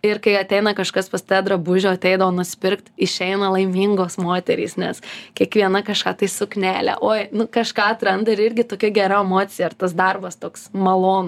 ir kai ateina kažkas pas tave drabužio ateidavo nusipirkt išeina laimingos moterys nes kiekviena kažką tai suknelę oi kažką atranda ir irgi tokia gera emocija ir tas darbas toks malonu